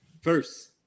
first